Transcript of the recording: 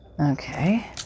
Okay